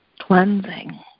Cleansing